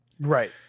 right